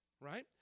right